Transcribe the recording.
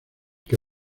que